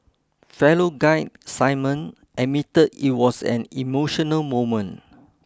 fellow guide Simon admitted it was an emotional moment